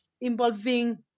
involving